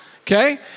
Okay